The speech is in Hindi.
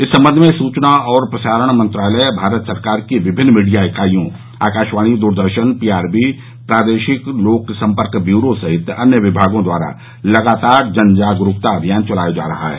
इस संबंध में सूचना और प्रसारण मंत्री भारत सरकार की विमिन्न मीडिया इकाइयों आकाशवाणी दूरदर्शन पीआबी प्रादेशिक लोक सम्पर्क ब्यूरो सहित अन्य विभागों द्वारा लगातार जन जागरूकता अभियान चलाया जा रहा है